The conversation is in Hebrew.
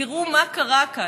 תראו מה קרה כאן.